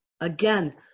again